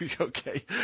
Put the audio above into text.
okay